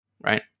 right